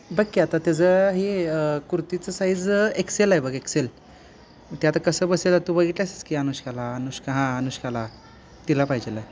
बघ की आता त्याचं हे कुर्तीचं साईज एक्सेल आहे बघ एक्सेल ते आता कसं बसेल आता तू बघितलं आहेस की अनुष्काला अनुष्का हां अनुष्काला तिला पाहिजे आहे